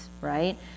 right